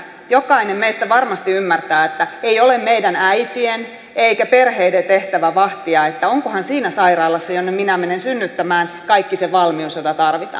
jokainen meistä varmasti ymmärtää että ei ole meidän äitien eikä perheiden tehtävä vahtia että onkohan siinä sairaalassa jonne minä menen synnyttämään kaikki se valmius jota tarvitaan